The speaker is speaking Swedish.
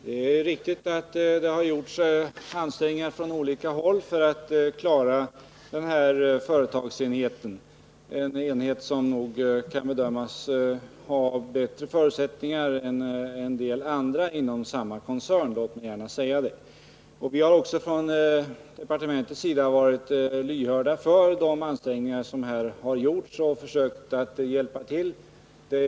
Herr talman! Det är riktigt att det gjorts ansträngningar från olika håll för att klara ifrågavarande företagsenhet. Den kan nog bedömas ha bättre förutsättningar än en del andra inom samma koncern — jag vill gärna säga det. Vi har också inom departementet varit lyhörda för de ansträngningar som gjorts för att klara läget och försökt medverka till dessa.